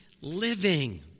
living